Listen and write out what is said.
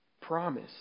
promise